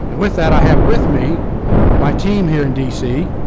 with that, i have with me my team here in dc.